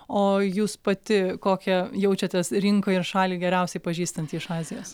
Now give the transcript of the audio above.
o jūs pati kokią jaučiatės rinką ir šalį geriausiai pažįstanti iš azijos